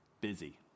busy